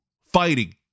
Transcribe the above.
fighting